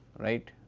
right,